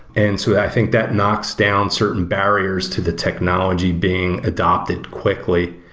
and so i think that knocks down certain barriers to the technology being adopted quickly.